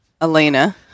Elena